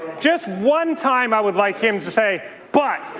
just one time i would like him to say but,